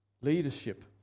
leadership